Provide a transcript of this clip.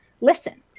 listen